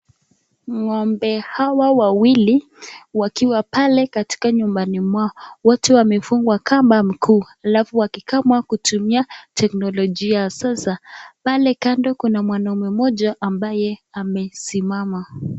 Ng'ombe hawa wawili wakiwa pale katika nyumbani mwao, wote wamefungwa kamba mguu alafu wakikamwa kutumia teknolojia ya sasa. Pale kando kuna mwanaume mmoja ambaye amesimama.